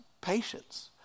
patience